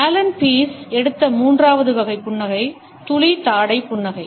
Alan Pease எடுத்த மூன்றாவது வகை புன்னகை துளி தாடை புன்னகை